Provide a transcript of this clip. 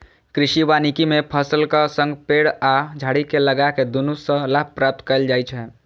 कृषि वानिकी मे फसलक संग पेड़ आ झाड़ी कें लगाके दुनू सं लाभ प्राप्त कैल जाइ छै